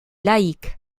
laïcs